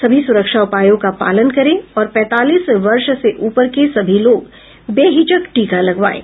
सभी सुरक्षा उपायों का पालन करें और पैंतालीस वर्ष से ऊपर के सभी लोग बेहिचक टीका लगवाएं